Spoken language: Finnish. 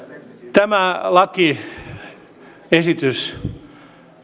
tämä lakiesitys